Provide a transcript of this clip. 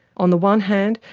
on the one hand,